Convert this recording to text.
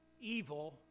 evil